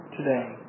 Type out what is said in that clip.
today